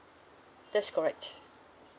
that's correct